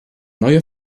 neue